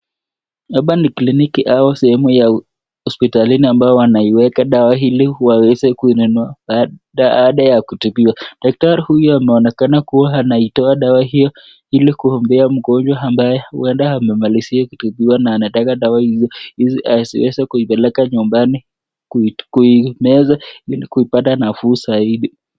Hapa ni kliniki au sehemu ya hospitalini ambao wanaiweka dawa ili waweze kuinunua baada ya kutibiwa. Daktari huyu anaonekana kuwa anaitoa dawa hiyo ili kumpea mgonjwa ambaye huenda amemaliziwa kutipiwa na anataka dawa hizi aziweze kuipeleka nyumbani kuimeza ili kuipata nafuu zaidi.